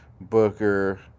Booker